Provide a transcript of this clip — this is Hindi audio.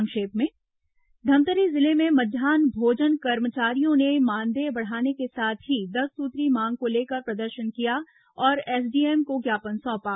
संक्षिप्त समाचार धमतरी जिले में मध्यान्ह भोजन कर्मचारियों ने मानदेय बढ़ाने के साथ ही दस सूत्रीय मांग को लेकर प्रदर्शन किया और एसडीएम को ज्ञापन सौंपा